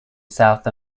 south